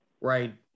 right